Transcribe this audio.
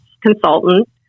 consultant